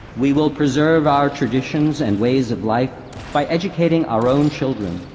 we will preserve our traditions and ways of life by educating our own children.